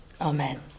Amen